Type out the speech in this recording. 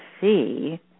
see